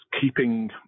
Keeping